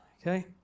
Okay